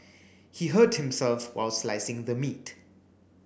he hurt himself while slicing the meat